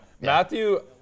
Matthew